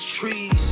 trees